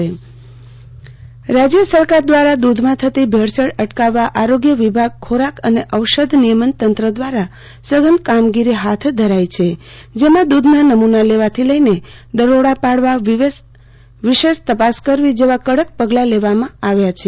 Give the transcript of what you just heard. આરતી ભદ્દ ઔષધ નિયમન કેન્દ્રની સઘન કામગીરી રાજ્ય સરકાર દ્વારા દૂધમાં થતી ભેળસેળ અટકાવવા આરોગ્ય વિભાગ ખોરાક અને ઔષધ નિયમન તંત્ર દ્વારા સધન કામગીરી હાથ ધરાઇ છે જેમાં દૂધના નમૂના લેવાથી લઇને દરોડા પાડવા વિશેષ તપાસ કરવી જેવા કડક પગલાં લેવામાં આવ્યા છે